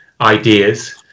ideas